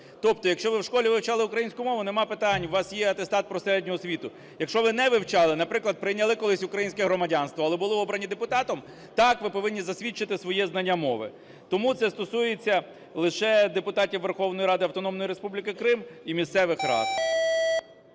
Тобто якщо ви в школі вивчали українську мову – немає питань, у вас є атестат про середню освіту. Якщо ви не вивчали, наприклад, прийняли колись українське громадянство, але були обрані депутатом – так, ви повинні засвідчити своє знання мови. Тому це стосується лише депутатів Верховної Ради Автономної Республіки Крим і місцевих рад.